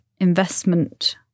investment